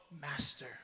Master